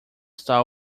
star